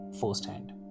firsthand